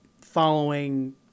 following